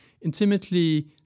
intimately